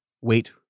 Wait